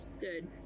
Good